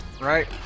right